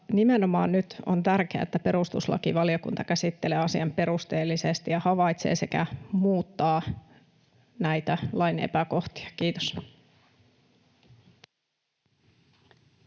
nimenomaan tärkeää, että perustuslakivaliokunta käsittelee asian perusteellisesti sekä havaitsee ja muuttaa näitä lain epäkohtia. — Kiitos.